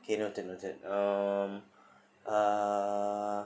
okay noted noted um uh